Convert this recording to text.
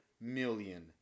million